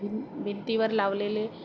भिं भिंतीवर लावलेले